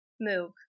move